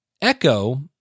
Echo